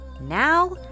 Now